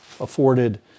afforded